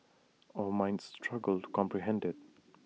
our minds struggle to comprehend IT